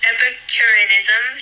Epicureanism